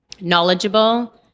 knowledgeable